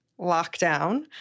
lockdown